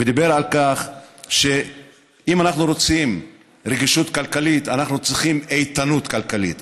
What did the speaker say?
ואמר שאם אנחנו רוצים רגישות כלכלית אנחנו צריכים איתנות כלכלית.